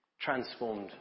transformed